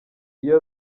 iyo